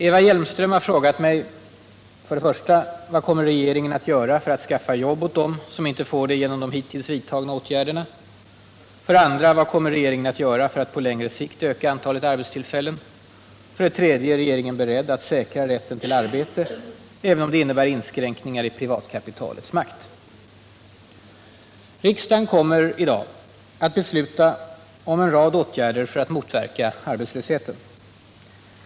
Eva Hjelmström har frågat mig: 3. Är regeringen beredd att säkra rätten till arbete även om det innebär inskränkningar i privatkapitalets makt? Riksdagen kommer i dag att besluta om en rad åtgärder för att motverka arbetslösheten.